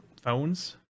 phones